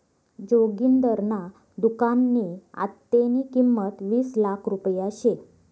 जोगिंदरना दुकाननी आत्तेनी किंमत वीस लाख रुपया शे